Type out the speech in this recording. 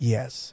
Yes